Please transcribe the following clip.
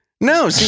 No